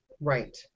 right